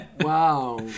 Wow